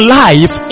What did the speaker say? life